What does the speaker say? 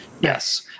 Yes